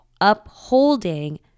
upholding